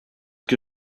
que